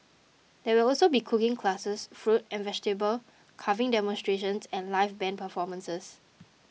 there will also be cooking classes fruit and vegetable carving demonstrations and live band performances